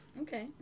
Okay